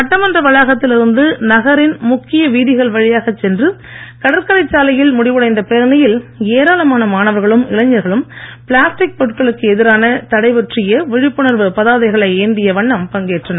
சட்டமன்ற வளாகத்தில் இருந்து நகரின் முக்கிய வீதிகள் வழியாக்ச் சென்று கடற்கரை சாலையில் முடிவடைந்த பேரணியில் ஏராளமான மாணவர்களும் இளைஞர்களும் பிளாஸ்டிக் பொருட்களுக்கு எதிரான தடை பற்றிய விழிப்புணர்வுப் பதாகைகளை ஏந்திய வண்ணம் பங்கேற்றனர்